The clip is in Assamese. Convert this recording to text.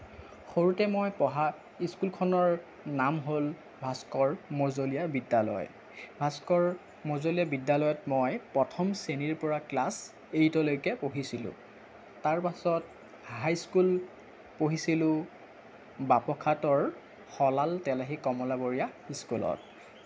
সৰুতে মই পঢ়া স্কুলখনৰ নাম হ'ল ভাস্কৰ মজলীয়া বিদ্যালয় ভাস্কৰ মজলীয়া বিদ্যালয়ত মই প্ৰথম শ্ৰেণীৰ পৰা ক্লাছ এইটলৈকে পঢ়িছিলোঁ তাৰ পাছত হাইস্কুল পঢ়িছিলোঁ বাপখাটৰ সলাল তেলাহী কমলাবৰীয়া স্কুলত